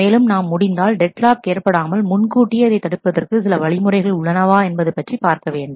மேலும் நாம் முடிந்தால் டெட் லாக் ஏற்படாமல் முன்கூட்டியே அதை தடுப்பதற்கு சில வழிமுறைகள் உள்ளனவா என்பது பற்றி பார்க்க வேண்டும்